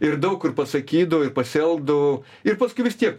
ir daug kur pasakydavau ir pasielgdavau ir paskui vis tiek